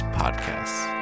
podcasts